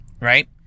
Right